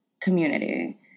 community